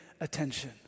attention